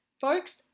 Folks